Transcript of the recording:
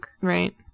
Right